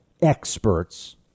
experts